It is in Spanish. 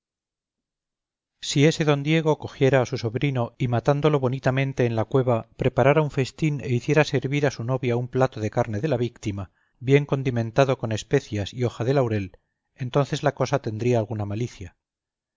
si ese d diego cogiera a su sobrino y matándolo bonitamente en la cueva preparara un festín e hiciera servir a su novia un plato de carne de la víctima bien condimentado con especias y hoja de laurel entonces la cosa tendría alguna malicia